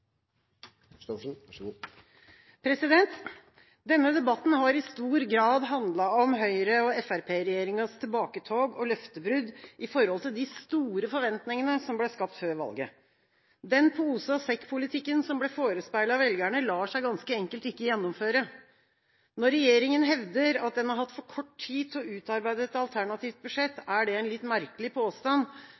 Denne debatten har i stor grad handlet om Høyre- og Fremskrittsparti-regjeringas tilbaketog og løftebrudd i forhold til de store forventningene som ble skapt før valget. Den pose og sekk-politikken som ble forespeilet velgerne, lar seg ganske enkelt ikke gjennomføre. Når regjeringa hevder at den har hatt for kort tid til å utarbeide et alternativt budsjett, er det en litt merkelig påstand.